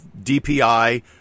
DPI